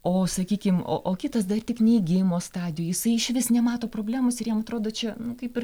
o sakykim o o kitas dar tik neigimo stadijoj jisai išvis nemato problemos ir jam atrodo čia kaip ir